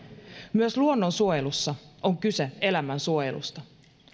myös luonnonsuojelussa on kyse elämänsuojelusta